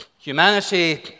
Humanity